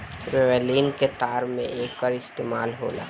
violin के तार में एकर इस्तेमाल होला